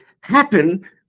happen